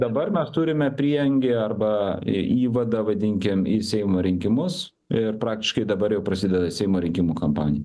dabar mes turime prieangį arba įvadą vadinkim į seimo rinkimus ir praktiškai dabar jau prasideda seimo rinkimų kampanija